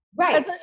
Right